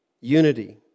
unity